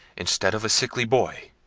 instead of a sickly boy,